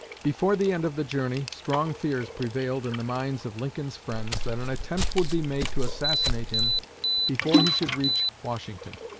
before the end of the journey, strong fears prevailed in the minds of lincoln's friends that an attempt would be made to assassinate him before he should reach washington.